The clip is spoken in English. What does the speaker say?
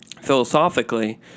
philosophically